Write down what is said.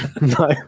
No